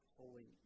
holy